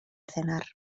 cenar